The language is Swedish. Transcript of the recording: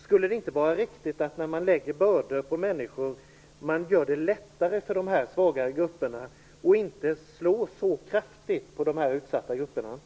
Skulle det inte vara riktigt att göra det lättare för de svagare grupperna när man lägger bördor på människor och inte slå så kraftigt mot dessa utsatta grupper?